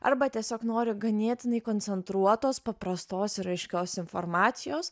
arba tiesiog nori ganėtinai koncentruotos paprastos ir aiškios informacijos